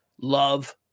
love